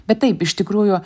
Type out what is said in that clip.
bet taip iš tikrųjų